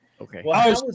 Okay